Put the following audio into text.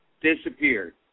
disappeared